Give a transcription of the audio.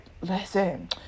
Listen